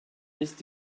ist